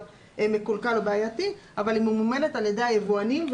מקולקל או בעייתי אבל היא ממומנת על ידי היבואנים,